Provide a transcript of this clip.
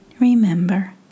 remember